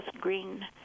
green